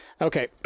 Okay